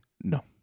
No